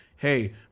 Hey